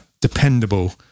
dependable